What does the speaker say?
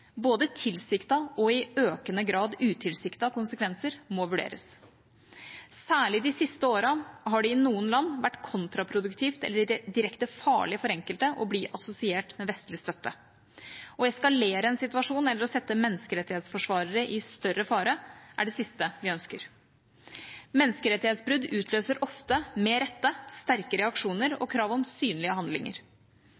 Både tilsiktede og – i økende grad – utilsiktede konsekvenser må vurderes. Særlig de siste årene har det i noen land vært kontraproduktivt eller direkte farlig for enkelte å bli assosiert med vestlig støtte. Å eskalere en situasjon eller å sette menneskerettighetsforsvarere i større fare er det siste vi ønsker. Menneskerettighetsbrudd utløser ofte, med rette, sterke reaksjoner